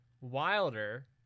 Wilder